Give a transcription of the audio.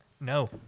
No